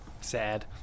sad